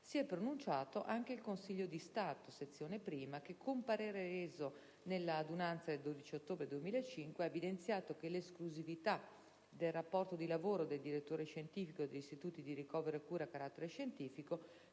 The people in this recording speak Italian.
si è pronunciato anche il Consiglio di Stato - sezione prima - che, con parere reso nella adunanza del 12 ottobre 2005, ha evidenziato che «(...) l'esclusività del rapporto di lavoro del direttore scientifico degli Istituti di ricovero e cura a carattere scientifico